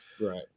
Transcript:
Right